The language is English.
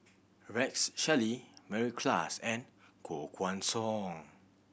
Rex Shelley Mary Klass and Koh Guan Song